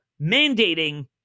mandating